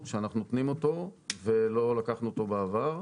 שאנחנו נותנים אותו ולא לקחנו אותו בעבר.